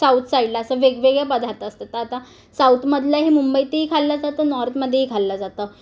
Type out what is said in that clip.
सा साऊथ साईडला असं वेगवेगळे पदार्थ असतात तर आता साऊथमधल्याही मुंबईतही खाल्लं जातं नॉर्थमधेही खाल्लं जातं